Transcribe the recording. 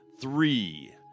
three